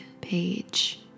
page